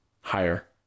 higher